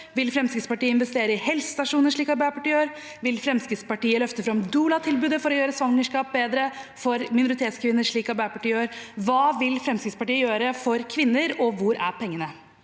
Vil Fremskrittspartiet investere i helsestasjoner, slik Arbeiderpartiet gjør? Vil Fremskrittspartiet løfte fram doula-tilbudet for å gjøre svangerskap bedre for minoritetskvinner, slik Arbeiderpartiet gjør? Hva vil Fremskrittspartiet gjøre for kvinner, og hvor er pengene?